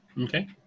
Okay